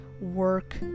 work